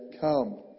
come